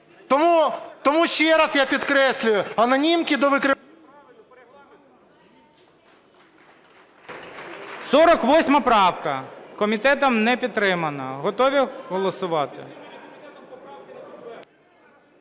Тому, ще раз я підкреслюю, анонімки до викривача… ГОЛОВУЮЧИЙ. 48 правка. Комітетом не підтримана. Готові голосувати?